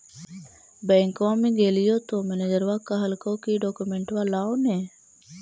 बैंकवा मे गेलिओ तौ मैनेजरवा कहलको कि डोकमेनटवा लाव ने?